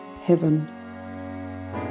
heaven